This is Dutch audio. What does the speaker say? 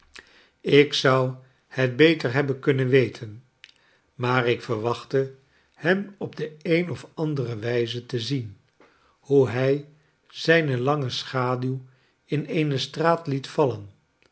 ik zou het beter hebben kunnen weten maar ik verwachtte hem op de eeneofandere wijze te zien hoe hij zijne lange schaduw in eene straat liet vallen